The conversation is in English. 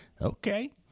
okay